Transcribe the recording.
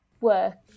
work